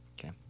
Okay